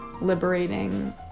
liberating